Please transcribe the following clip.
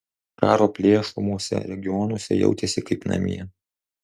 karo plėšomuose regionuose jautėsi kaip namie